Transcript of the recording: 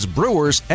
Brewers